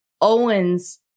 Owens